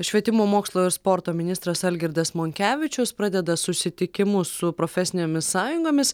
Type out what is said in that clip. švietimo mokslo ir sporto ministras algirdas monkevičius pradeda susitikimus su profesinėmis sąjungomis